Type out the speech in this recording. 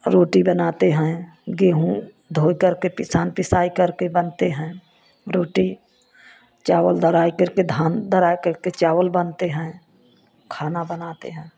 रोटी बनाते हैं गेहूं धो कर के पिसान पिसाई करके बनाते हैं रोटी चावल दराई करके धान दारा कर के चावल बनते हैं खाना बनाते हैं